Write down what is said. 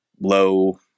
low